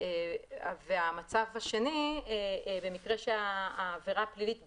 המצב השני, במקרה שהעבירה הפלילית בוטלה,